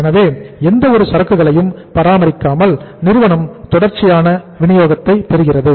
எனவே எந்த ஒரு சரக்குகளையும் பராமரிக்காமல் நிறுவனம் தொடர்ச்சியான விநியோகத்தை பெறுகிறது